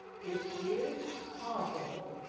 it is possible,